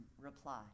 reply